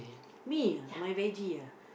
me my veggie ah